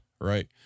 Right